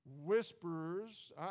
whisperers